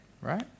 right